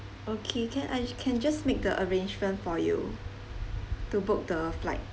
okay can I can just make the arrangement for you to book the flight